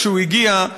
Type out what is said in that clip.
כשהוא הגיע,